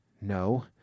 No